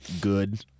good